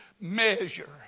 measure